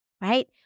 right